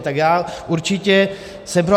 Tak já určitě jsem pro.